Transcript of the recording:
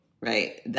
right